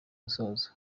musozo